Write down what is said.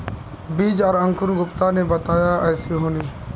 बीज आर अंकूर गुप्ता ने बताया ऐसी होनी?